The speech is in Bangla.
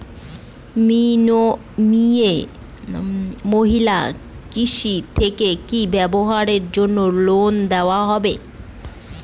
মিয়ে মহিলা কিষান থেকে কি ব্যবসার জন্য ঋন দেয়?